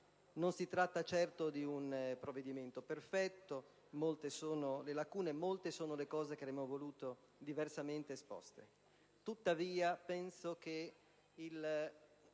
Non si tratta certo di un provvedimento perfetto, molte sono le lacune e molte sono le cose che avremmo voluto diversamente esposte.